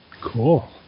Cool